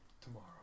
Tomorrow